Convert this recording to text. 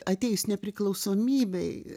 atėjus nepriklausomybei